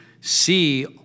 see